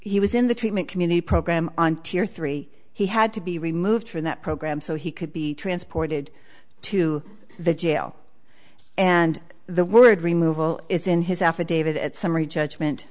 he was in the treatment community program on tier three he had to be removed from that program so he could be transported to the jail and the word remove all is in his affidavit at summary judgment